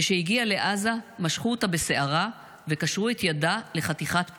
כשהגיעה לעזה משכו אותה בשערה וקשרו את ידה לחתיכת פלסטיק,